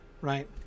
right